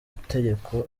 itegeko